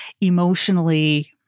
emotionally